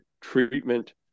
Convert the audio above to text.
treatment